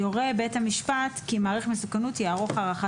יורה בית המשפט כי מעריך מסוכנות יערוך הערכת